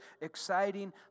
exciting